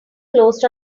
closed